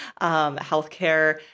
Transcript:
healthcare